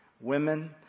Women